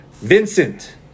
Vincent